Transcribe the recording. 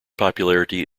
popularity